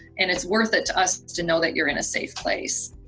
and it's worth it to us to know that you're in a safe place.